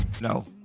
no